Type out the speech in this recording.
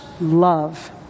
love